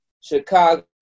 Chicago